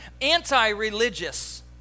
anti-religious